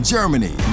Germany